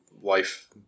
life